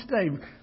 today